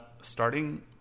starting